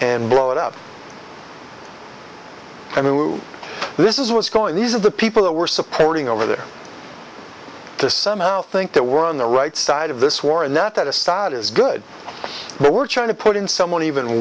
and blow it up i mean this is what's going these are the people that we're supporting over there to somehow think that we're on the right side of this war and that assad is good but we're trying to put in someone even